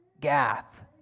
Gath